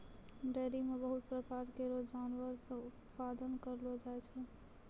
dairy म बहुत प्रकार केरो जानवर से उत्पादन करलो जाय छै